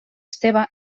esteve